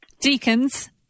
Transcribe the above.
deacons